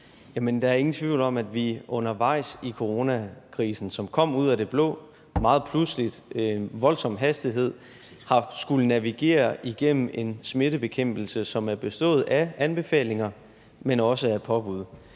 der er ingen tvivl om, at vi undervejs i coronakrisen, som kom ud af det blå, meget pludseligt og med voldsom hastighed, har skullet navigere igennem en smittebekæmpelse, som har bestået af anbefalinger, men også af påbud.